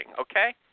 Okay